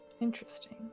Interesting